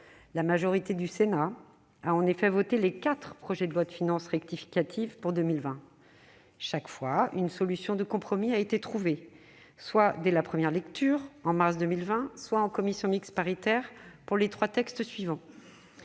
La majorité du Sénat a voté les quatre projets de loi de finances rectificative pour 2020. Chaque fois, une solution de compromis a été trouvée, soit dès la première lecture, en mars 2020, soit lors de la réunion de la commission mixte paritaire, pour les trois textes suivants.